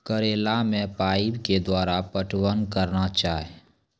करेला मे पाइप के द्वारा पटवन करना जाए?